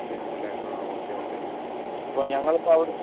വരുന്നുണ്ടല്ലേ ആ okay okay ഇപ്പോൾ ഞങ്ങൾ ഇപ്പോൾ അവിടുന്ന്